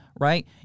right